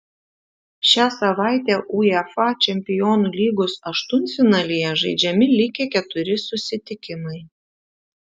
šią savaitę uefa čempionų lygos aštuntfinalyje žaidžiami likę keturi susitikimai